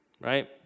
right